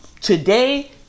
today